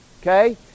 Okay